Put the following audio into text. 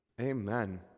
amen